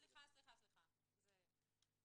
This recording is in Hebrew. אתה רוצה מספר שנותן לך פרט זיהוי.